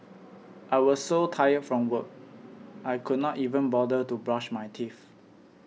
I was so tired from work I could not even bother to brush my teeth